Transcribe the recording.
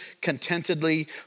contentedly